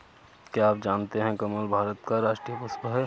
क्या आप जानते है कमल भारत का राष्ट्रीय पुष्प है?